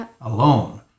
alone